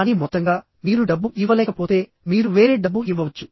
కానీ మొత్తంగా మీరు డబ్బు ఇవ్వలేకపోతే మీరు వేరే డబ్బు ఇవ్వవచ్చు